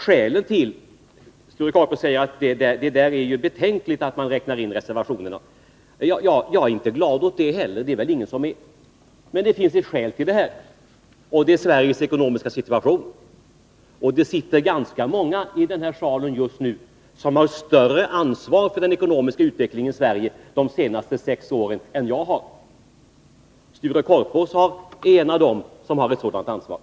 Sture Korpås säger att det är betänkligt att man räknar in reservationerna. Ja, jag är inte heller glad åt det. Det är väl ingen. Men det finns ett skäl till detta, och det är Sveriges ekonomiska situation. Det sitter ganska många här i salen just nu som har större ansvar för den ekonomiska utvecklingen i Sverige de senaste sex åren än jag har. Sture Korpås är en av dem som har ett sådant ansvar.